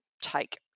take